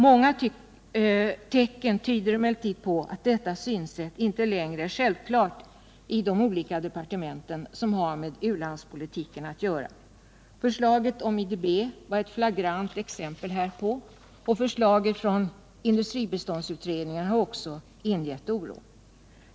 Många tecken tyder emellertid på att detta synsätt inte längre är självklart i de olika departement som har med u-landspolitiken att göra. Förslaget om IDB var ett flagrant exempel härpå. Förslaget från industribiståndsutredningen har också ingett oro.